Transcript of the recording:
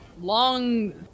long